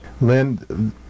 Lynn